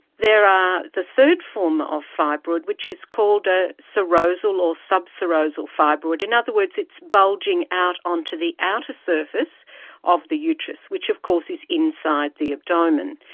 there are the third form of fibroid which is called a serosal or subserosal fibroid in other words it's bulging out onto the outer surface of the uterus which of course is inside the abdomen.